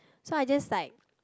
so I just like